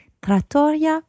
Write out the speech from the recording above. Trattoria